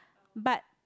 but